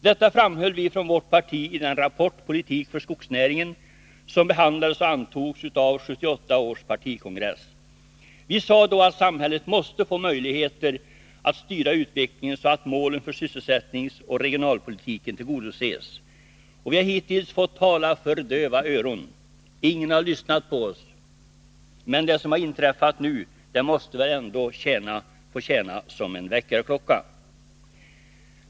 Detta framhöll vi från vårt parti i den rapport, Politik för skogsnäringen, som behandlades och antogs av 1978 års partikongress. Vi sade då att samhället måste få möjligheter att styra utvecklingen, så att målen för sysselsättningsoch regionalpolitiken tillgodoses. Vi har hittills fått tala för döva öron. Ingen har lyssnat på oss. Men det som inträffat nu måste väl få tjäna som en väckarklocka.